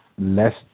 less